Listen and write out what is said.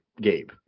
Gabe